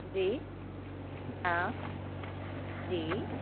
जी हा जी